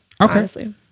okay